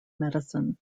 medicine